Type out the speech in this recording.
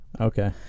Okay